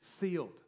sealed